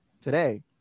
today